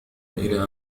إلى